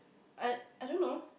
I I don't know